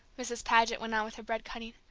mrs. paget went on with her bread cutting.